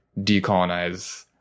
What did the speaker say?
decolonize